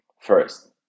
first